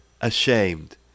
ashamed